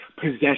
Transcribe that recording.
possession